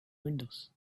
windows